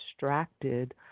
distracted